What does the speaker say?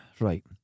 Right